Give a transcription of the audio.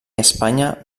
espanya